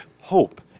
hope